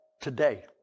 today